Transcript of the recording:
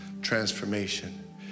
Transformation